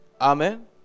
Amen